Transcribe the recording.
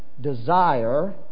desire